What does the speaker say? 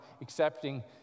accepting